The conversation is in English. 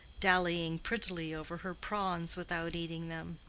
dallying prettily over her prawns without eating them,